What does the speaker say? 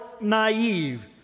naive